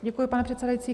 Děkuji, pane předsedající.